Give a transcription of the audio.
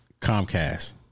Comcast